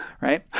right